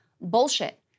bullshit